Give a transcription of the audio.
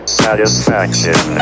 satisfaction